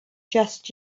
just